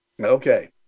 Okay